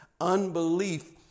Unbelief